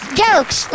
jokes